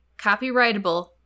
copyrightable